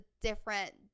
different